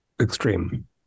extreme